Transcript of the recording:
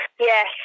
Yes